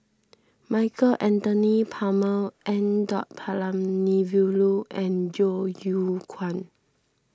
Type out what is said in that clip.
Michael Anthony Palmer N the Palanivelu and Yeo Yeow Kwang